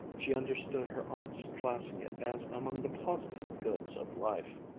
she understood her aunt's classing it as among the positive goods of life.